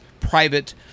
private